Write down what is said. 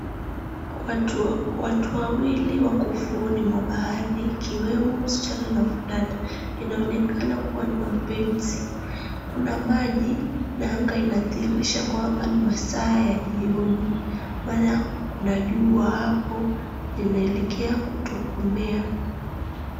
Watu wawili wako ufuoni mwa bahari, ikiwemo msichana na mvulana, inaonekana kuwa ni wapenzi. Kuna maji na anga inadhihirisha kwamba ni masaa ya jioni, maana kuna jua apo linaelekea kutokomea.